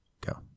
Go